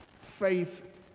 faith